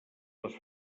les